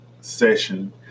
session